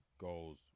goals